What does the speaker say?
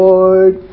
Lord